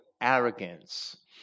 arrogance